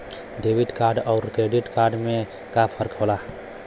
Debit card अउर credit card में का फर्क होला?